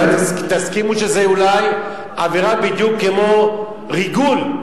אולי תסכימו שזו אולי עבירה בדיוק כמו ריגול,